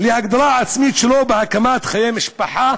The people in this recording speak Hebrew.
להגדרה עצמית שלו בהקמת חיי משפחה